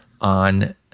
on